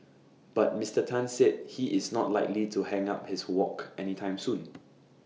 but Mister Tan said he is not likely to hang up his wok anytime soon